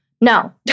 No